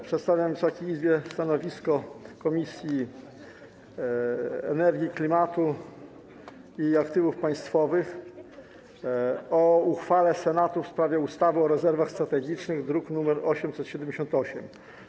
Przedstawiam Wysokiej Izbie stanowisko Komisji do Spraw Energii, Klimatu i Aktywów Państwowych o uchwale Senatu w sprawie ustawy o rezerwach strategicznych (druk nr 878)